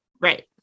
Right